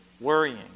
worrying